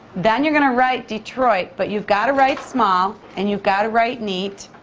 then you're gonna write detroit, but you've got to write small, and you've got to write neat,